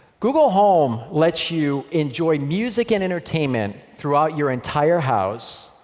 google home lets you enjoy music and entertainment throughout your entire house,